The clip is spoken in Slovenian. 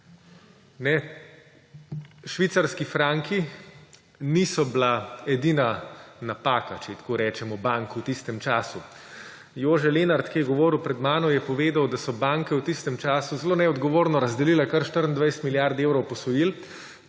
Švicarski franki niso bili edina napaka, če tako rečemo, bank v tistem času. Jože Lenart, ki je govoril pred mano, je povedal, da so banke v tistem času zelo neodgovorno razdelile kar 24 milijard evrov posojil,